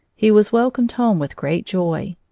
he was welcomed home with great joy.